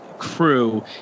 Crew